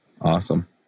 Awesome